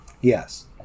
Yes